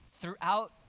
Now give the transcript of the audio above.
Throughout